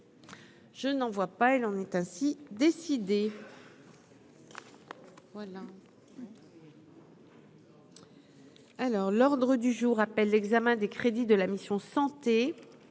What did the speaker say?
je n'en vois pas, elle en est ainsi décidé. Voilà. Alors, l'ordre du jour appelle l'examen des crédits de la mission Santé